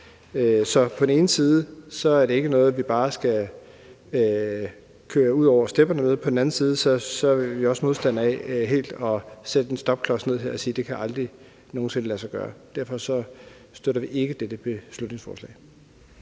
Så på den ene side er det ikke noget, vi bare skal køre ud over stepperne med. På den anden side er vi også modstandere af helt at sætte en stopklods ned her og sige, at det aldrig nogen sinde kan lade sig gøre. Derfor støtter vi ikke dette beslutningsforslag.